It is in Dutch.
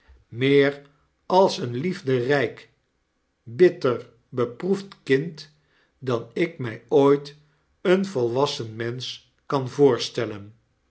meer als een liefderijk bitter beproefd kind dan ik mij ooit een volwassen mensch kan voorstellen